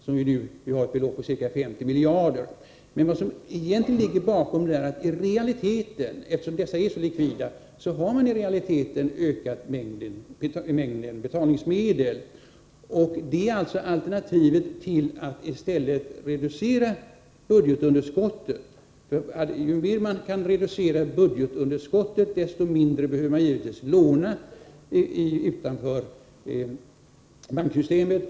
De uppgår ju nu till ca 50 miljarder kronor. Eftersom statsskuldsväxlarna är så likvida har man i realiteten ökat mängden betalningsmedel. Det är alltså alternativet till att i stället reducera budgetunderskottet. Ju mer man kan reducera budgetunderskottet, desto mindre behöver man givetvis låna utanför banksystemet.